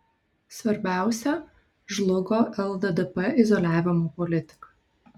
svarbiausia žlugo lddp izoliavimo politika